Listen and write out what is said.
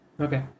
Okay